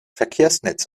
verkehrsnetz